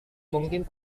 mungkin